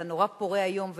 אתה נורא פורה היום ובכלל,